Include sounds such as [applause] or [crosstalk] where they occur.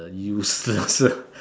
useless ah [laughs]